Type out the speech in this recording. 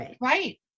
Right